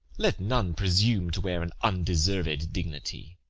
let none presume to wear an undeserved dignity.